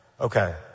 Okay